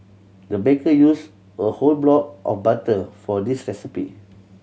the baker used a whole block of butter for this recipe